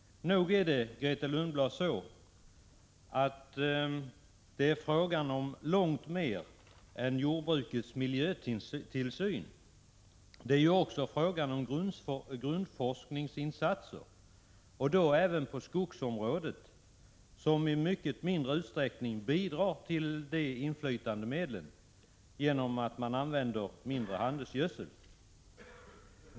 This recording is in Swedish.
Nog är det, Grethe Lundblad, fråga om långt mer än jordbrukets miljötillsyn. Det är ju också fråga om grundforskningsinsatser, och då även på skogsbruksområdet, som i mycket mindre utsträckning bidrar till de inflytande medlen, eftersom man där använder mindre handelsgödsel.